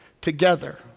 together